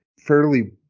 fairly